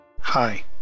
Hi